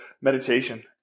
meditation